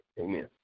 Amen